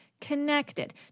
connected